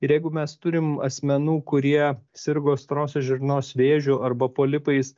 ir jeigu mes turim asmenų kurie sirgo storosios žarnos vėžiu arba polipais